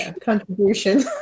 contribution